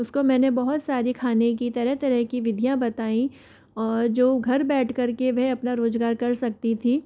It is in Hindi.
उसको मैंने बहुत सारी खाने की तरह तरह की विधियाँ बताईं और जो घर बैठ कर के वह अपना रोज़गार कर सकती थी